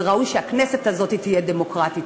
וראוי שהכנסת הזאת תהיה דמוקרטית.